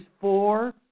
four